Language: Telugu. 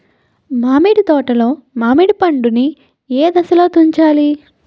మామిడి తోటలో మామిడి పండు నీ ఏదశలో తుంచాలి?